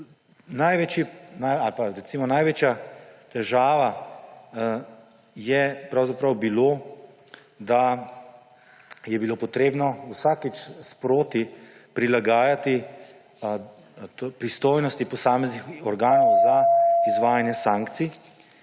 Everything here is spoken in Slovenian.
Največja težava je pravzaprav bilo, da je bilo potrebno vsakič sproti prilagajati pristojnosti posameznih organov za izvajanje sankcij